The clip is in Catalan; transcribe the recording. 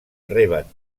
reben